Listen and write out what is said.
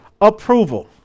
approval